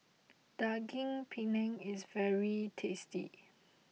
Daging Penyet is very tasty